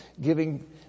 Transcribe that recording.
giving